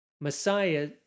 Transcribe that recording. Messiah